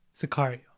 Sicario